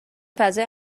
فضای